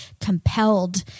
compelled